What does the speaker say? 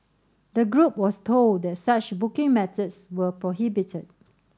the group was told that such booking methods were prohibited